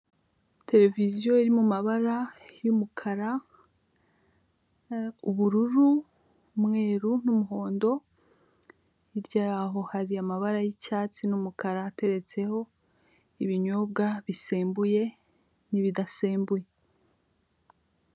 Televiziyo iri mu mabara y'umukara, ubururu, umweru n'umuhondo, hirya y'aho hari amabara y'icyatsi n'umukara, ateretseho ibinyobwa bisembuye n'ibidasembuye.